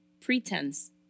pretense